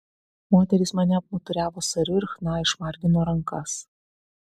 moterys mane apmuturiavo sariu ir chna išmargino rankas